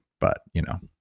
but you know.